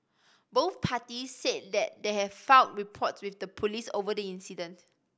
both parties said that they have filed reports with the police over the incident